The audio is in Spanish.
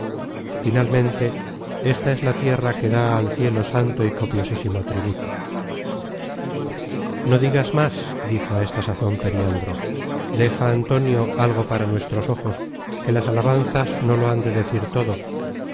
del oriente y desde ella se re content from google book search generated at no digas más dijo a esta sazon periandro deja antonio algo para nuestros ojos que las alabanzas no lo han de decir todo